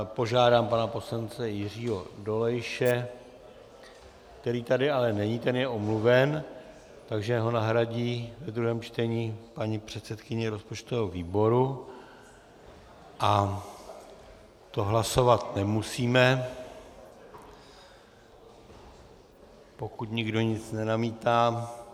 Požádám pana poslance Jiřího Dolejše který tady ale není, ten je omluven, takže ho nahradí ve druhém čtení paní předsedkyně rozpočtového výboru a to hlasovat nemusíme, pokud nikdo nic nenamítá.